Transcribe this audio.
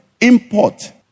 import